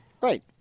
Right